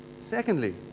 Secondly